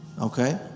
Okay